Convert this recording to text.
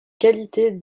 qualités